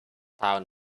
town